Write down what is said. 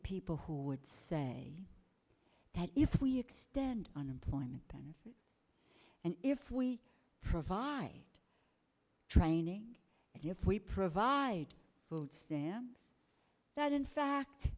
people who would say that if we extend unemployment benefits and if we provide training and we provide food stamps that in fact